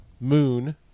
Moon